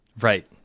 Right